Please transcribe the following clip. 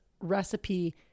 recipe